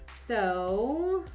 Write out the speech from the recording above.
so,